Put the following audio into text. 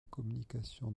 communications